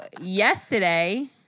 yesterday